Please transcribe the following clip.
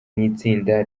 n’itsinda